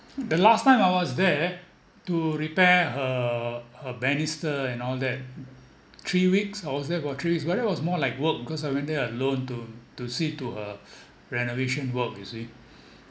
the last time I was there to repair her her banister and all that three weeks I was there for about three weeks but that was more like work because I went there alone to to see to her renovation work you see